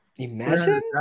Imagine